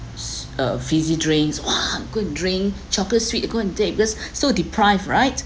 uh fizzy drinks !wah! go and drink chocolate sweet go and take because so deprive right